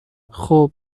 خوب